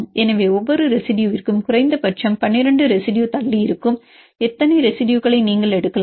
எனவே ஒவ்வொரு ரெசிடுயுற்கும் குறைந்தபட்சம் 12 ரெசிடுயு தள்ளி இருக்கும் எத்தனை ரெசிடுயுகளை நீங்கள் எடுக்கலாம்